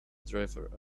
driver